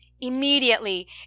Immediately